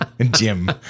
Jim